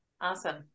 Awesome